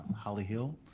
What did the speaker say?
holly hill.